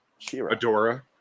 Adora